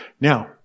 Now